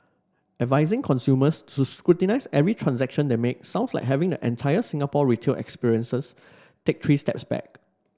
advising consumers to scrutinise every transaction they make sounds like having the entire Singapore retail experiences take three steps back